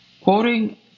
Quoting